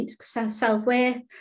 self-worth